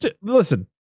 Listen